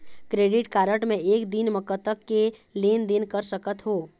Credit card मे एक दिन म कतक के लेन देन कर सकत हो?